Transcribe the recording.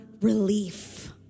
relief